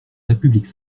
république